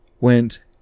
went